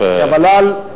הוול"ל,